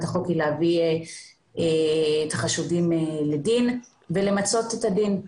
החוק הוא להביא את החשודים לדין ולמצות את הדין.